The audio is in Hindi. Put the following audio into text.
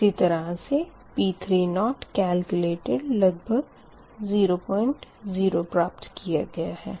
इसी तरह से P3 केलक्यूलेटड लगभग 00 प्राप्त किया गया है